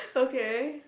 okay